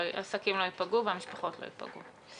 העסקים לא ייפגעו והמשפחות לא ייפגעו.